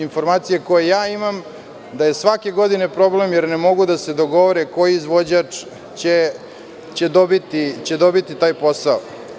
Informacije koje ja imam, da je svake godine problem, jer ne mogu da se dogovore koji proizvođač će dobiti taj posao.